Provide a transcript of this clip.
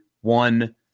One